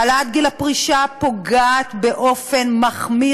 העלאת גיל הפרישה פוגעת באופן חמור